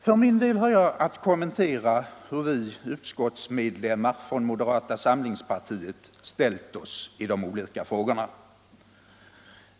För min del har jag att kommentera hur vi utskottsmedlemmar från moderata samlingspartiet ställt oss i de olika frågorna.